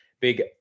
Big